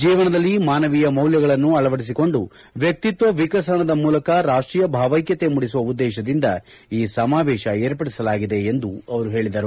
ಜೀವನದಲ್ಲಿ ಮಾನವೀಯ ಮೌಲ್ಯಗಳನ್ನು ಅಳವಡಿಸಿಕೊಂಡು ವ್ಯಕ್ತಿತ್ತ ವಿಕಸನದ ಮೂಲಕ ರಾಷ್ಟೀಯ ಭಾವೈಕ್ಯತೆ ಮೂಡಿಸುವ ಉದ್ದೇಶದಿಂದ ಈ ಸಮಾವೇಶ ಏರ್ಪಡಿಸಲಾಗಿದೆ ಎಂದು ಹೇಳದರು